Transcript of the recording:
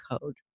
Code